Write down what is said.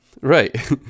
right